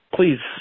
Please